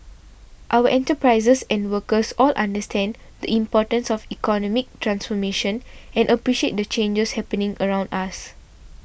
our enterprises and workers all understand the importance of economic transformation and appreciate the changes happening around us